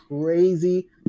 crazy